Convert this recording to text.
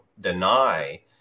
deny